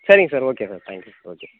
சரிங்க sir okay sir thank you sir okay sir